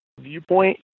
viewpoint